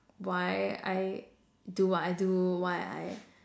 why I do what I do why I